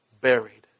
buried